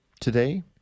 today